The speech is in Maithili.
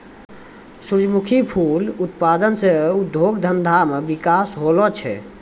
सुरजमुखी फूल उत्पादन से उद्योग धंधा मे बिकास होलो छै